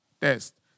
test